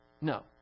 No